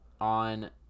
on